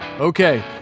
Okay